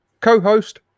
co-host